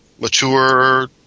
mature